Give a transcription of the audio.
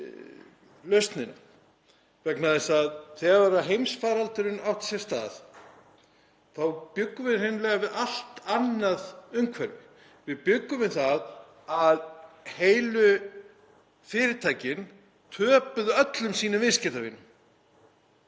þegar heimsfaraldurinn átti sér stað þá bjuggum við hreinlega við allt annað umhverfi. Við bjuggum við það að heilu fyrirtækin töpuðu öllum sínum viðskiptavinum,